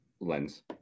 lens